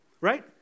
right